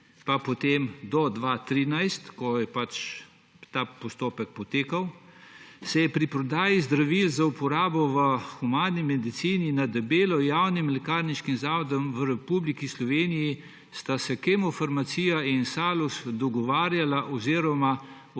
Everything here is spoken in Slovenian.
leta 2007 do 2013, ko je ta postopek potekal, pri prodaji zdravil za uporabo v humani medicini na debelo javnim lekarniškim zavodom v Republiki Sloveniji Kemofarmacija in Salus dogovarjala oziroma